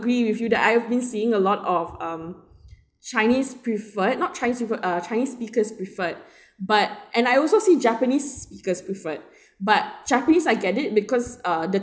agree with you that I've been seeing a lot of um chinese preferred not chinese preferred uh chinese speakers preferred but and I also see japanese speakers preferred but japanese I get it because uh the